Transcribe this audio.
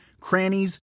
crannies